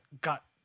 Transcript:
Got